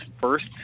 first